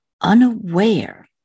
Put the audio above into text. unaware